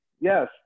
yes